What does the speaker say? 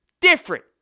different